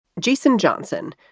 jason johnson,